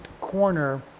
corner